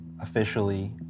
officially